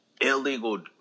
Illegal